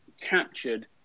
captured